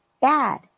bad